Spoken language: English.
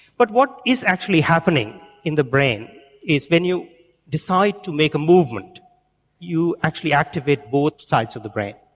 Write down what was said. but what is actually happening in the brain is when you decide to make a movement you actually activate both sides of the brain.